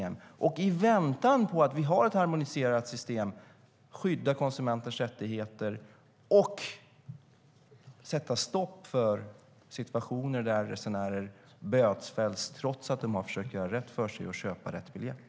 Finns det inte en skyldighet att i väntan på att vi har ett harmoniserat system skydda konsumenters rättigheter och sätta stopp för situationer där resenärer bötfälls trots att de har försökt göra rätt för sig och köpa rätt biljett?